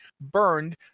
burned